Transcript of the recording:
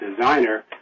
designer